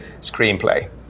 screenplay